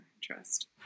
trust